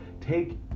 Take